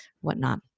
whatnot